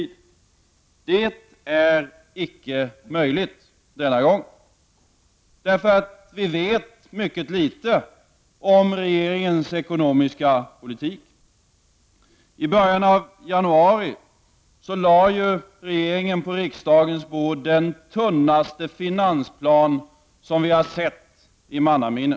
Det är icke möjligt denna gång. Vi vet mycket litet om regeringens ekonomiska politik. I början av januari lade regeringen på riksdagens bord den tunnaste finansplan som vi har sett i mannaminne.